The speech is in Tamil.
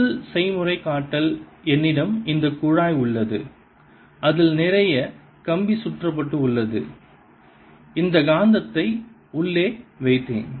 முதல் செய்முறைகாட்டல் என்னிடம் இந்த குழாய் உள்ளது அதில் நிறைய கம்பி சுற்றப்பட்டு உள்ளது இந்த காந்தத்தை உள்ளே வைத்தேன்